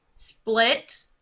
split